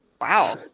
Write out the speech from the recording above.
Wow